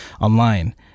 online